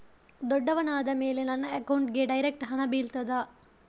ದೊಡ್ಡವನಾದ ಮೇಲೆ ನನ್ನ ಅಕೌಂಟ್ಗೆ ಡೈರೆಕ್ಟ್ ಹಣ ಬೀಳ್ತದಾ?